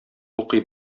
укый